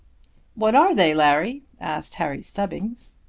what are they, larry? asked harry stubbings.